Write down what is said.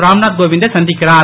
ராம்நாத் கோவிந்தை சந்திக்கிறார்